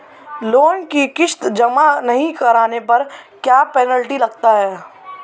Loan की किश्त जमा नहीं कराने पर क्या पेनल्टी लगती है?